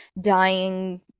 dying